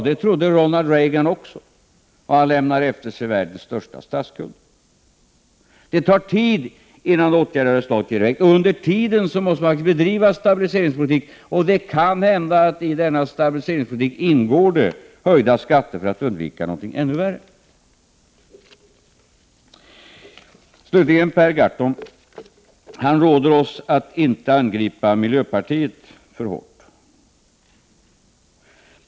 — Det trodde Ronald Reagan också, och han lämnar efter sig världens största statsskuld. Det tar tid innan åtgärder av det här slaget ger effekt. Under tiden måste man bedriva stabiliseringspolitik, och det kan hända att i denna stabiliseringspolitik ingår höjda skatter för att man skall undvika något ännu värre. Slutligen några ord till Per Gahrton, som råder oss att inte angripa miljöpartiet för hårt.